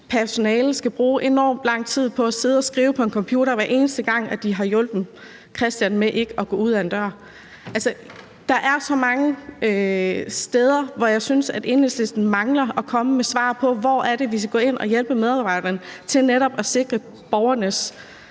personalet skal bruge enormt lang tid på at sidde og skrive på en computer, hver eneste gang de har hjulpet Kristian med ikke at gå udenfor. Der er så mange områder, hvor jeg synes at Enhedslisten mangler at komme med svar på, hvor vi skal gå ind og hjælpe medarbejderne til netop at sikre borgernes